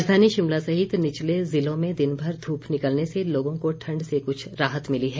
राजधानी शिमला सहित निचले जिलों में दिनभर धूप निकलने से लोगों को ठण्ड से कुछ राहत मिली है